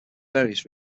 various